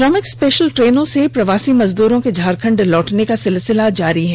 श्रमिक स्पेशल ट्रेनों से प्रवासी मजदूरों के झारखंड लौटने का सिलसिला जारी है